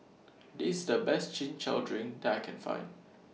This The Best Chin Chow Drink that I Can Find